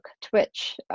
Twitch